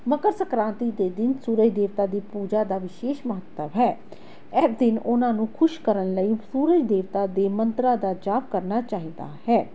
ਮਕਰ ਸੰਕ੍ਰਾਂਤੀ ਦੇ ਦਿਨ ਸੂਰਜ ਦੇਵਤਾ ਦੀ ਪੂਜਾ ਦਾ ਵਿਸ਼ੇਸ਼ ਮਹੱਤਵ ਹੈ ਇਹ ਦਿਨ ਉਹਨਾਂ ਨੂੰ ਖੁਸ਼ ਕਰਨ ਲਈ ਸੂਰਜ ਦੇਵਤਾ ਦੇ ਮੰਤਰਾਂ ਦਾ ਜਾਪ ਕਰਨਾ ਚਾਹੀਦਾ ਹੈ